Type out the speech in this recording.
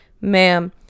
Ma'am